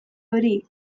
hori